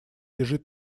лежит